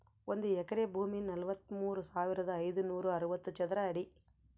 ಒಂದು ಎಕರೆ ಭೂಮಿ ನಲವತ್ಮೂರು ಸಾವಿರದ ಐನೂರ ಅರವತ್ತು ಚದರ ಅಡಿ